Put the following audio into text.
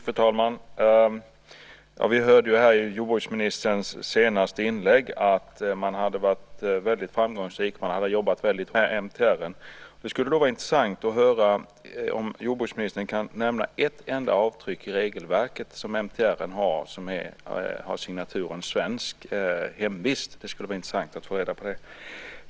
Fru talman! Vi hörde i jordbruksministerns senaste inlägg att man varit väldigt framgångsrik och att man jobbat väldigt hårt med MTR. Det skulle då vara intressant att höra om jordbruksministern kan nämna ett enda avtryck i regelverket när det gäller MTR som har signaturen svenskt hemvist. Det skulle alltså vara intressant att få reda på det.